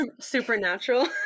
Supernatural